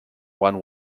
one